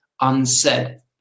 unsaid